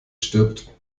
stirbt